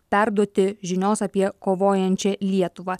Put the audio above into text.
perduoti žinios apie kovojančią lietuvą